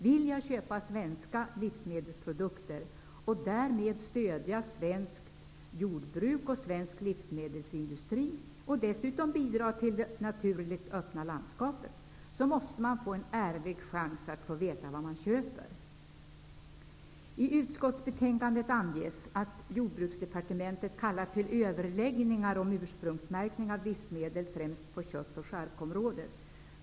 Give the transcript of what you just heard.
Vill jag köpa svenska livsmedelsprodukter, och därmed stödja svenskt jordbruk och svensk livsmedelsindustri och dessutom bidra till det naturligt öppna landskapet, måste jag få en ärlig chans att veta vad jag köper. Jordbruksdepartementet har kallat till överläggningar om ursprungsmärkning av livsmedel främst på kött och charkområdet.